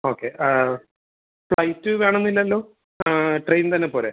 okay flight വേണം എന്നില്ലല്ലോ train തന്നെ പോരേ